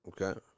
Okay